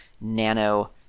nano